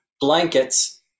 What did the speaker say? blankets